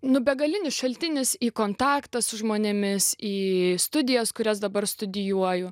nu begalinis šaltinis į kontaktą su žmonėmis į studijas kurias dabar studijuoju